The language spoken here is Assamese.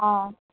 অঁ